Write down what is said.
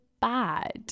bad